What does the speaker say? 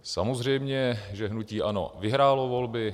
Samozřejmě že hnutí ANO vyhrálo volby.